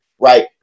right